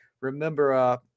remember